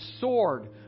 sword